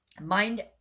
mind